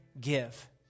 give